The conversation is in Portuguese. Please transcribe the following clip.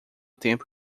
tempo